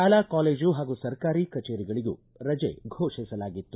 ಶಾಲಾ ಕಾಲೇಜು ಹಾಗೂ ಸರ್ಕಾರಿ ಕಚೇರಿಗಳಗೂ ರಜೆ ಫೋಷಿಸಲಾಗಿತ್ತು